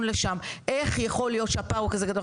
לשאלה איך יכול להיות שהפער הוא כזה גדול.